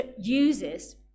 uses